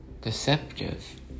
deceptive